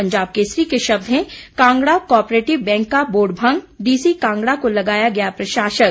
पंजाब केसरी के शब्द हैं कांगड़ा को ऑप्रेटिव बैंक का बोर्ड भंग डीसी कांगड़ा को लगाया गया प्रशासक